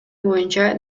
боюнча